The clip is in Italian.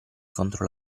contro